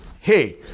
hey